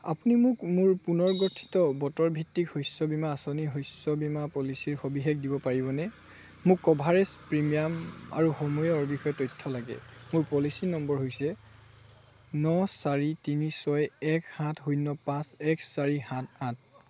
আপুনি মোক মোৰ পুনৰ্গঠিত বতৰ ভিত্তিক শস্য বীমা আঁচনি শস্য বীমা পলিচীৰ সবিশেষ দিব পাৰিবনে মোক কভাৰেজ প্ৰিমিয়াম আৰু সময়ৰ বিষয়ে তথ্য লাগে মোৰ পলিচী নম্বৰ হৈছে ন চাৰি তিনি ছয় এক সাত শূন্য পাঁচ এক চাৰি সাত আঠ